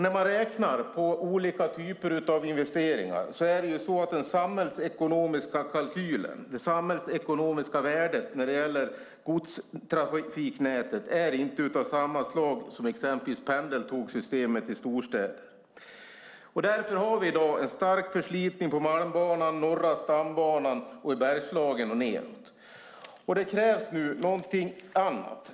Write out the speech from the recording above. När man räknar på olika typer av investeringar är den samhällsekonomiska kalkylen, det samhällsekonomiska värdet när det gäller godstrafiknätet inte av samma slag som exempelvis pendeltågssystemet i storstäder. Därför har vi i dag en stark förslitning på Malmbanan, Norra stambanan och i Bergslagen och nedåt. Det krävs nu något annat.